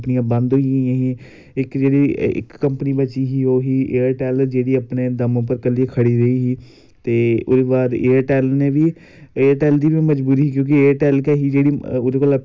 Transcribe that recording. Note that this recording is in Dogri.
स्पोटस दे फंड जेह्ड़े बी हैन नै जिन्ने बी गेम च पैसे आंदे नै ओह् बच्चे हर बच्चे गी मिलने चाहिदे हर बच्चेई जेह्ड़ी बच्चा कोई गेम खेलदा उस्सी हर इक दी ओह् किट्ट मिलनी चाही दी ऐ मेरा इयै बचार न